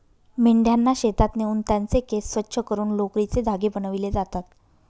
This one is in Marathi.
मेंढ्यांना शेतात नेऊन त्यांचे केस स्वच्छ करून लोकरीचे धागे बनविले जातात